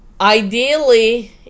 ideally